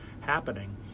happening